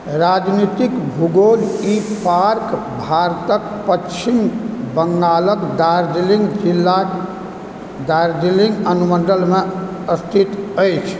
राजनीतिक भूगोलः ई पार्क भारतक पश्चिम बङ्गालक दार्जिलिङ्ग जिलाक दार्जिलिङ्ग अनुमण्डलमे स्थित अछि